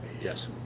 yes